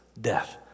death